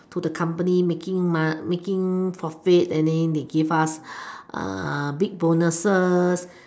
to the company making making profit and then they give us big bonuses